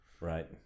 Right